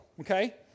okay